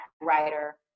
writer